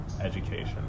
education